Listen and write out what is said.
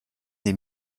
des